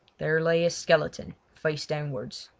there lay a skeleton face downwards,